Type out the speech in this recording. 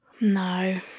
No